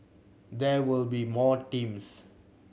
there will be more teams